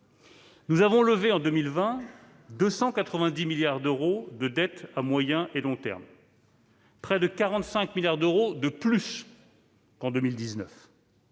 nous avons levé 290 milliards d'euros de dettes à moyen et long terme, soit près de 45 milliards d'euros de plus qu'en 2019.